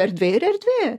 erdvė ir erdvė